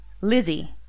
Lizzie